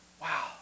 wow